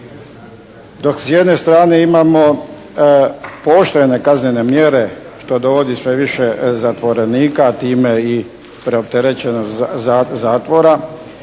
Dok s jedne strane imamo pooštrene kaznene mjere, što dovodi sve više zatvorenika time i preopterećenost zatvora,